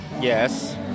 Yes